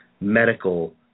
medical